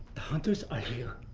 hunters are here